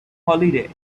holiday